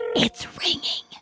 it's ringing